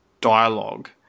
dialogue